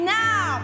now